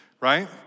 right